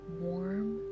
warm